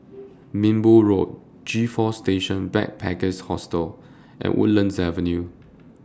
Minbu Road G four Station Backpackers Hostel and Woodlands Avenue